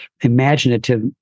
imaginative